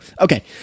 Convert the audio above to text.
Okay